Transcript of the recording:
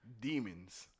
Demons